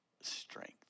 strength